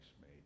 made